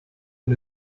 und